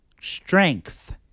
strength